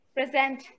Present